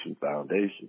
Foundation